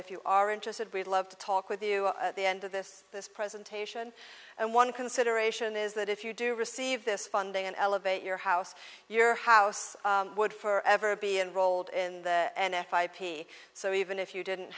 if you are interested we'd love to talk with you at the end of this this presentation and one consideration is that if you do receive this funding and elevate your house your house would for ever be enrolled in an f i p so even if you didn't